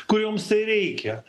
kurioms tai reikia